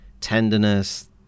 tenderness